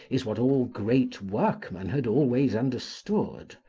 is what all great workmen had always understood.